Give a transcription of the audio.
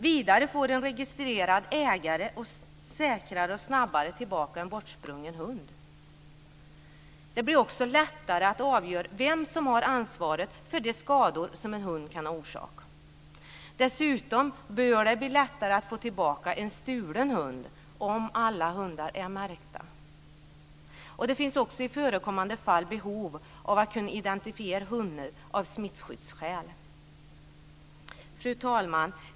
Vidare får en registrerad ägare säkrare och snabbare tillbaka en bortsprungen hund. Det blir lättare att avgöra vem som har ansvaret för de skador som en hund kan ha orsakat. Dessutom bör det bli lättare att få tillbaka en stulen hund om alla hundar är märkta. Det finns också i förekommande fall behov av att kunna identifiera hundar av smittskyddsskäl. Fru talman!